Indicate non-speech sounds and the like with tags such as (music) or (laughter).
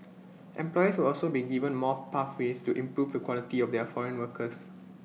(noise) employers will also be given more pathways to improve the quality of their foreign workers